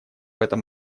этом